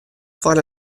foar